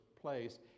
place